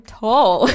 tall